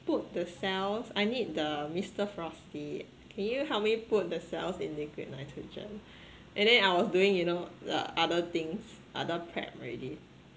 put the cells I need the mister frosty can you help me put the cells in liquid nitrogen and then I was doing you know the other things other prep already